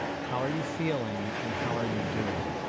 how are you feeling and how are you doing?